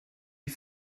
die